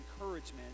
encouragement